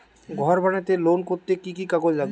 ঘর বানাতে লোন করতে কি কি কাগজ লাগবে?